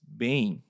bem